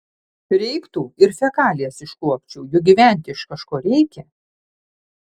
reiktų ir fekalijas iškuopčiau juk gyventi iš kažko reikia